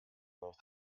nicht